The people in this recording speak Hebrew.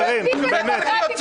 --- חברים, באמת.